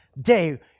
day